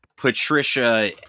Patricia